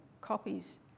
copies